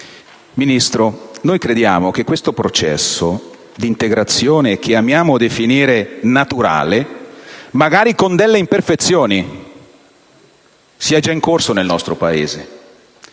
Ministro, noi crediamo che questo processo di integrazione che amiamo definire naturale, magari con delle imperfezioni, sia già in corso nel nostro Paese.